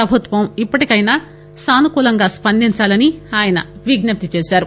ప్రభుత్వం ఇప్పటికైన సానుకూలంగా స్పందించాలని ఆయన విజ్ఞప్తి చేశారు